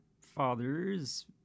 father's